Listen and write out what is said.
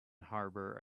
harbour